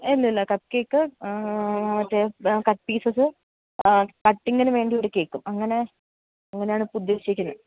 ഇല്ലില്ല cup cake cut pieces കട്ടിങ്ങിനുവേണ്ടി ഒരു കേക്കും അങ്ങനെ അങ്ങനെയാണിപ്പോള് ഉദ്ദേശിക്കുന്നത്